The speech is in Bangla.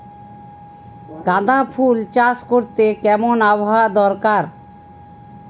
গাঁদাফুল চাষ করতে কেমন আবহাওয়া দরকার?